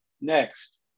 next